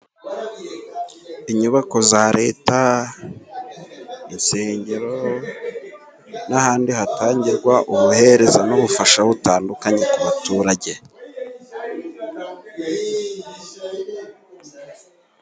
Inyubako za leta, insengero n'ahandi hatangirwa ubuhereza n'ubufasha butandukanye, ku baturage.